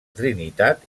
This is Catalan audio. trinitat